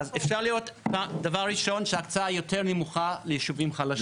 אפשר לראות דבר ראשון שההקצאה יותר נמוכה לישובים חלשים?